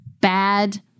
bad